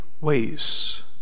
ways